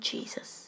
Jesus